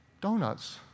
Donuts